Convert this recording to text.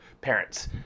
parents